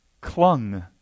clung